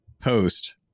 post